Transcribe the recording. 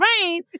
Rain